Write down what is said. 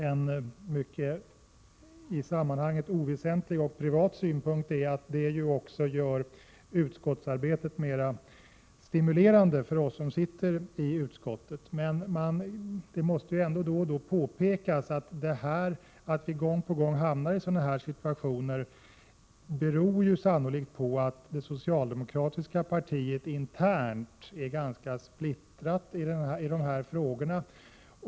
En i sammanhanget oväsentlig och privat synpunkt är att det ju också gör utskottsarbetet mera stimulerande för oss som sitter i utskottet. Det måste ju ändå då och då påpekas att det förhållandet att vi gång på gång hamnar i sådana här situationer sannolikt beror på att det socialdemokratiska partiet internt är ganska splittrat i dessa frågor.